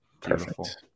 Perfect